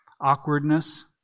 awkwardness